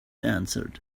answered